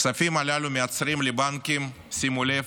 הכספים הללו מייצרים לבנקים, שימו לב,